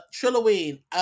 Trilloween